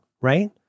right